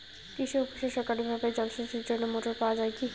কৃষি অফিসে সরকারিভাবে জল সেচের জন্য মোটর পাওয়া যায় কি?